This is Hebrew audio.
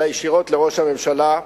אלא ישירות לראש הממשלה,